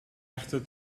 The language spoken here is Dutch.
echte